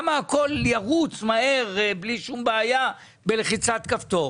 הכול ירוץ מהר בלי שום בעיה בלחיצת כפתור.